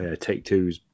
Take-Two's